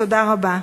תודה רבה.